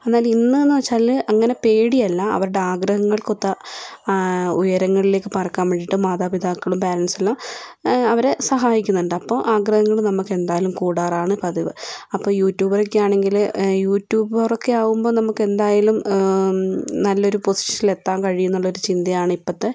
എന്നാൽ ഇന്നെന്ന് വെച്ചാൽ അങ്ങനെ പേടിയല്ല അവരുടെ ആഗ്രഹങ്ങൾക്കൊത്ത ഉയരങ്ങളിലേക്ക് പറക്കാൻ വേണ്ടിയിട്ട് മാതാപിതാക്കളും പാരന്റ്സ് എല്ലാം അവരെ സഹായിക്കുന്നുണ്ട് അപ്പോൾ ആഗ്രഹങ്ങൾ നമുക്ക് എന്തായാലും കൂടാറാണ് പതിവ് അപ്പോൾ യൂട്യൂബർ ഒക്കെ ആവണമെങ്കിൽ യൂട്യൂബർ ഒക്കെ ആവുമ്പോൾ നമുക്കെന്തായാലും നല്ലൊരു പൊസിഷനിൽ എത്താൻ കഴിയും എന്നുള്ളൊരു ചിന്തയാണ് ഇപ്പൊഴത്തെ